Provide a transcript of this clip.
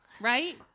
Right